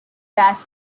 bass